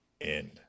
end